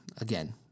again